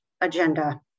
agenda